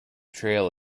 trail